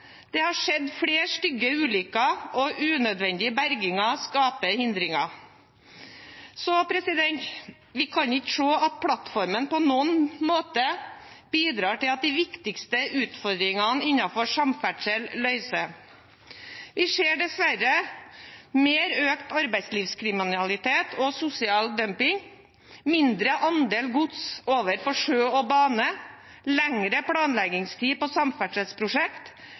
Det har skjedd flere stygge ulykker, og unødvendige berginger skaper hindringer. Så vi kan ikke se at plattformen på noen måte bidrar til at de viktigste utfordringene innenfor samferdsel løses. Vi ser dessverre mer av økt arbeidslivskriminalitet og sosial dumping, mindre andel gods over på sjø og bane, lengre planleggingstid på samferdselsprosjekt,